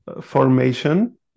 formation